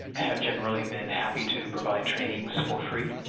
have generally been happy to provide trainings for free.